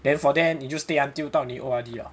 then for then you just stay until 到你 O_R_D ah